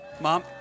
Mom